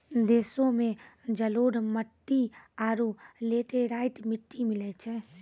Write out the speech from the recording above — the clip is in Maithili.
देशो मे जलोढ़ मट्टी आरु लेटेराइट मट्टी मिलै छै